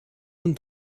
nun